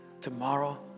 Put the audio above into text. Tomorrow